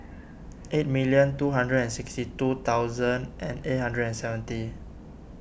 eight million two hundred and sixty two thousand eight hundred and seventy